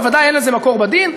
בוודאי אין לזה מקור בדין,